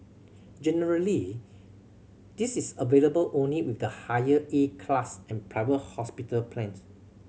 generally this is available only with the higher A class and private hospital plans